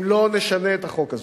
אם לא נשנה את החוק הזה.